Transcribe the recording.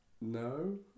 no